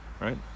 Right